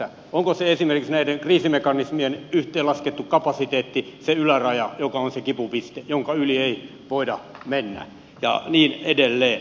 onko se esimerkiksi näiden kriisimekanismien yhteenlaskettu kapasiteetti se yläraja joka on se kipupiste jonka yli ei voida mennä ja niin edelleen